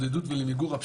שעה) (שינוי התוספת הראשונה לחוק),